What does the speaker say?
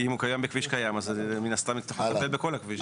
אם הוא קיים בכביש קיים אז מן הסתם יצטרכו לטפל בכל הכביש.